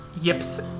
yips